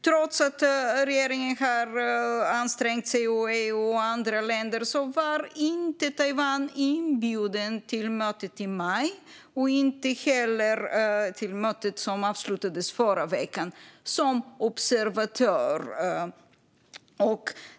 Trots att regeringen, EU och andra länder har ansträngt sig var inte Taiwan inbjuden som observatör till mötet i maj och inte heller till det möte som avslutades förra veckan.